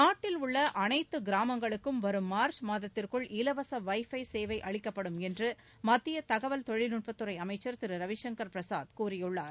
நாட்டில் உள்ள அனைத்து கிராமங்களுக்கும் வரும் மார்ச் மாதத்திற்குள் இலவச வைஃஃபை சேவை அளிக்கப்படும் என்று மத்திய தகவல் தொழில்நுட்பத்துறை அமைச்சர் திரு ரவிசங்கர் பிரசாத் கூறியுள்ளார்